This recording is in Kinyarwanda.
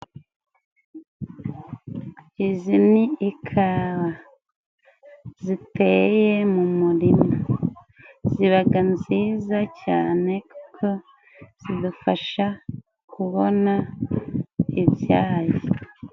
Izi ni ikawa ziteye mu murimo, zibaga nziza cyane kuko zidufasha kubona ibyayi.